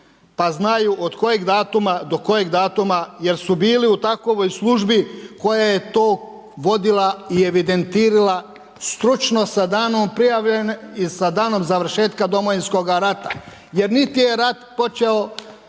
pa znaju od kojega datuma do kojeg datuma jer su bili u takvoj službi koja je to vodila i evidentirala stručno sa danom prijave i sa danom završetka Domovinskoga rata jer niti je rat počeo